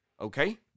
Okay